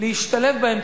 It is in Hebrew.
להשתלב בהן,